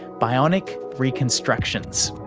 bionic reconstructions.